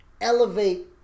elevate